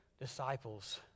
disciples